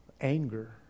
anger